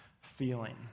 feeling